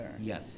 Yes